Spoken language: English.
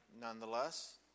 nonetheless